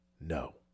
no